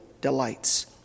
delights